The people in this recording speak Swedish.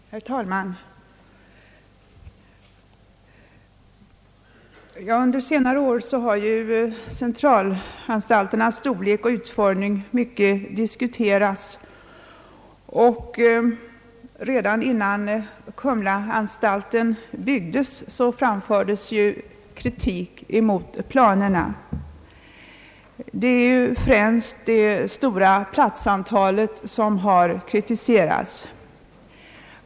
Herr talman! Under senare år har centralanstalternas storlek och utformning mycket diskuterats. Redan innan Kumlaanstalten byggdes, framfördes kritik emot planerna. Det är främst det stora platsantalet som har kritiserats.